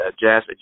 jazz